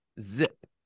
Zip